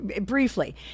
briefly